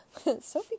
Sophie